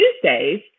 Tuesdays